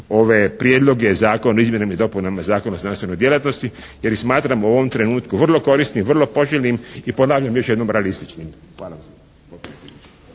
ove prijedloge zakona o izmjenama i dopunama Zakona o znanstvenoj djelatnosti jer smatramo u ovom trenutku vrlo korisnim, vrlo poželjnim i ponavljam još jednom realističnim.